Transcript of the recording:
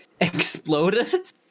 exploded